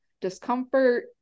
discomfort